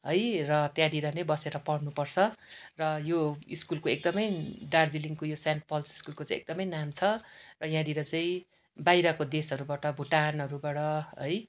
है र त्यहाँनिर नै बसेर पढ्नु पर्छ र यो स्कुलको एकदमै दार्जिलिङको यो सेन्ट पल्स स्कुलको चाहिँ एकदमै नाम छ यहाँनिर चाहिँ बाहिरको देशहरूबाट भुटानहरूबाट है